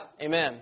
Amen